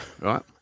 right